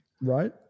Right